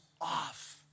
off